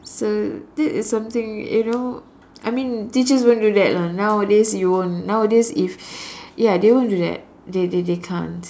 so that is something you know I mean teachers won't do that lah nowadays you won't nowadays if yeah they won't do that they they they can't